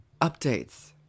Updates